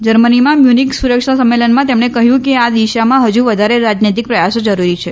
જર્મનીમાં મ્યુનિક સુરક્ષા સંમેલનમાં તેમણે કહયું કે આ દિશામાં ફજુ વધારે રાજનૈતિક પ્રયાસો જરૂરી છે